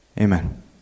Amen